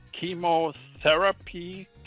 chemotherapy